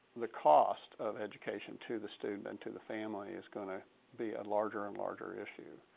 the cost of education to the student and to the family is going to be a larger and larger issue.